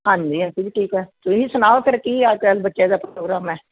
ਹਾਂਜੀ ਅਸੀਂ ਵੀ ਠੀਕ ਹੈ ਤੁਸੀਂ ਸੁਣਾਓ ਫਿਰ ਕੀ ਹਾਲ ਚਾਲ ਬੱਚਿਆਂ ਦਾ ਪ੍ਰੋਗਰਾਮ ਹੈ